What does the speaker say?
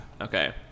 Okay